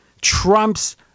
trumps